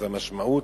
זאת המשמעות,